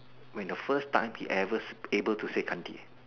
when the first he ever able to say 干爹